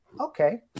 okay